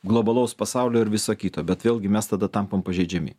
globalaus pasaulio ir viso kito bet vėlgi mes tada tampam pažeidžiami